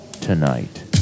tonight